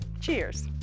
Cheers